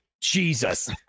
Jesus